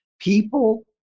People